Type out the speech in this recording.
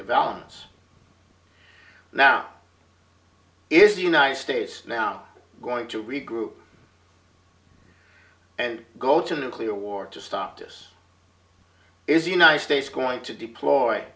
developments now is the united states now going to regroup and go to nuclear war to stop this is the united states going to deploy